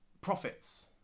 profits